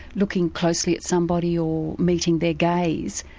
looking closely at somebody or meeting their gaze,